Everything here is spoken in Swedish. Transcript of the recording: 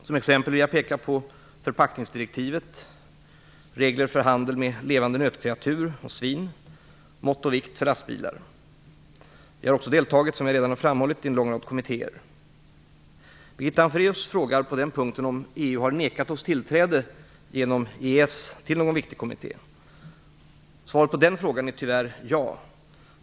Som exempel vill jag peka på förpackningsdirektivet, regler för handel med levande nötkreatur och svin samt mått och vikter för lastbilar. Vi har också deltagit, som jag redan har framhållit, i en lång rad kommittéer. Birgitta Hambraeus frågar på den punkten om EU har nekat oss tillträde genom EES till någon viktig kommitté. Svaret på den frågan är tyvärr ja.